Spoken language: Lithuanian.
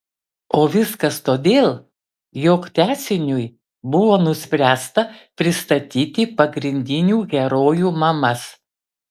o viskas todėl jog tęsiniui buvo nuspręsta pristatyti pagrindinių herojų mamas